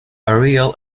aerial